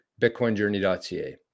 bitcoinjourney.ca